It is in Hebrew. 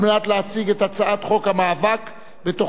תודה רבה.